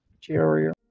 Cheerio